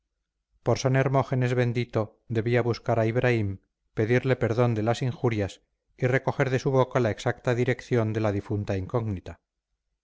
por san hermógenes bendito debía buscar a ibraim pedirle perdón de las injurias y recoger de su boca la exacta dirección de la difunta incógnita